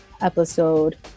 episode